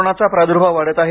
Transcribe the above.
कोरोनाचा प्राद्र्भाव वाढत आहे